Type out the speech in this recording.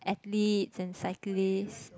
athletes and cyclists